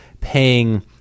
paying